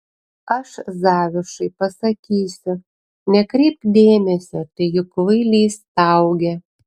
aš zavišai pasakysiu nekreipk dėmesio tai juk kvailys staugia